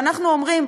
ואנחנו אומרים: